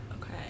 Okay